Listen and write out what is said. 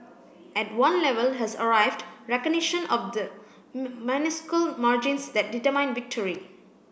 at one level has arrived recognition of the minuscule margins that determine victory